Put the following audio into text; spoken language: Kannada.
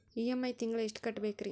ಇ.ಎಂ.ಐ ತಿಂಗಳ ಎಷ್ಟು ಕಟ್ಬಕ್ರೀ?